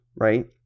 right